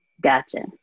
gotcha